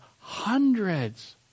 hundreds